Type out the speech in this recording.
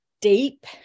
deep